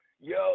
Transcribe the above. yo